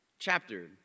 chapter